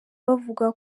bavuga